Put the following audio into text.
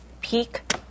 peak